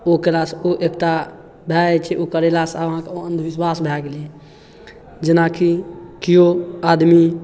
ओ केलासँ ओ एकटा भए जाइ छै ओ करेलासँ अहाँके अन्धविश्वास भए गेलै जेनाकि केओ आदमी